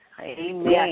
Amen